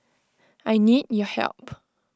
I need your help